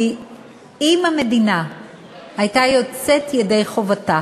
כי אם המדינה הייתה יוצאת ידי חובתה